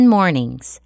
Mornings